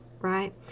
Right